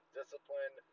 discipline